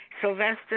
Sylvester